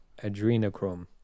adrenochrome